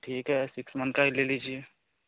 ठीक है six month का ही ले लीजिए